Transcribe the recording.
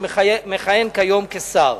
שמכהן כיום כשר.